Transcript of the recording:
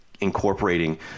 incorporating